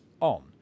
on